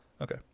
Okay